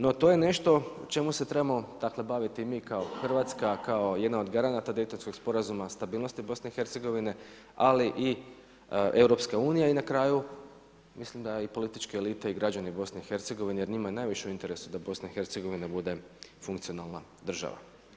No to je nešto čemu se trebamo baviti dakle, mi kao Hrvatska, kao jedna od garanata daytonskog sporazuma, stabilnosti BIH, ali i EU i na kraju mislim da i političke elite i građani BiH-a jer je njima najviše u interesu da BiH bude funkcionalna država.